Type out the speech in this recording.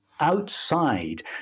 outside